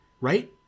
right